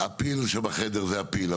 הפיל שבחדר זה הפיל,